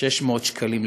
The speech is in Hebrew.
600 שקלים לחודש.